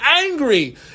angry